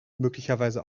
möglicherweise